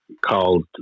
called